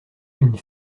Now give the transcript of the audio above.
une